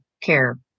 care